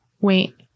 Wait